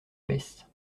baisse